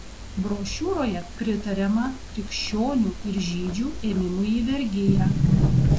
brošiūroje pritariama krikščionių ir žydžių ėmimui į vergiją